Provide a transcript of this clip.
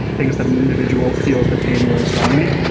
things that an individual feels the pain really strongly,